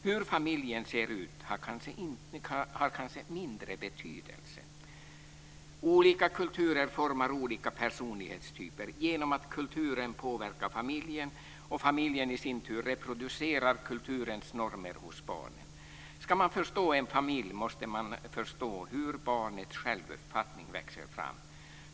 Hur familjen ser ut har kanske mindre betydelse. Olika kulturer formar olika personlighetstyper genom att kulturen påverkar familjen, och familjen i sin tur reproducerar kulturens normer hos barnen. Ska man förstå en familj måste man förstå hur barnets självuppfattning växer fram.